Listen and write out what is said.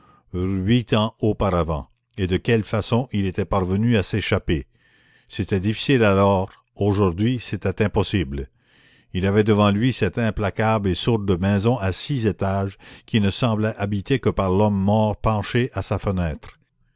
huit ans auparavant et de quelle façon il était parvenu à s'échapper c'était difficile alors aujourd'hui c'était impossible il avait devant lui cette implacable et sourde maison à six étages qui ne semblait habitée que par l'homme mort penché à sa fenêtre